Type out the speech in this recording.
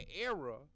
era